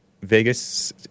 Vegas